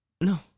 No